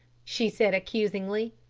she said accusingly.